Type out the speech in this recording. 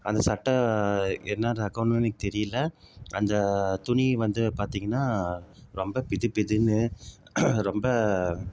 அந்த சட்டை என்ன ரகம்னே தெரியல அந்த துணி வந்து பார்த்திங்கன்னா ரொம்ப பிது பிதுன்னு ரொம்ப